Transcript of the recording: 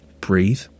breathe